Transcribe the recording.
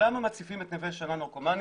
למה מציפים את נווה שאנן נרקומנים?